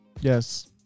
Yes